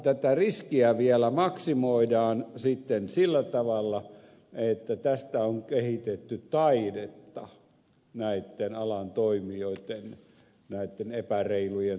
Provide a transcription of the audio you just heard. tätä riskiä vielä maksimoidaan sitten sillä tavalla että tästä on kehitetty taidetta näitten alan epäreilujen toimijoitten toimesta